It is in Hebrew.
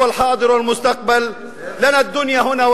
הווה ועתיד / לנו העולם הזה פה,